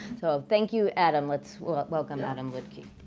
so, thank you adam, let's welcome adam luedtke.